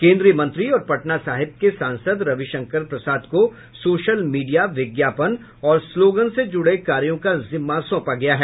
केन्द्रीय मंत्री और पटना साहिब के सांसद रविशंकर प्रसाद को सोशल मीडिया विज्ञापन और स्लोग्न से जुड़े कार्यों का जिम्मा सौंपा गया है